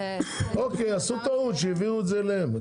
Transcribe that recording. עשו טעות שהעבירו את זה אליהם,